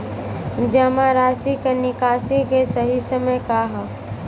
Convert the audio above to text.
जमा राशि क निकासी के सही समय का ह?